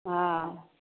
हँ